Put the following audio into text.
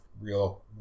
real